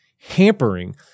hampering